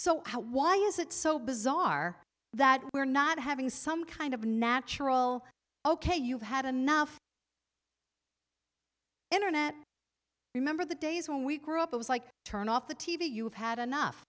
so why is it so bizarre that we're not having some kind of natural ok you've had enough internet remember the days when we grew up it was like turn off the t v you've had enough